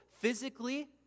physically